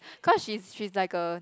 cause she's she's like a